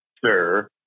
sir